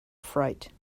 fright